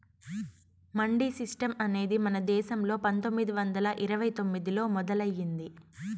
mandi system అనేది మన దేశంలో పందొమ్మిది వందల ఇరవై ఎనిమిదిలో మొదలయ్యింది